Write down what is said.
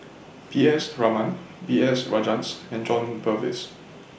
P S Raman B S Rajhans and John Purvis